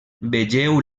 vegeu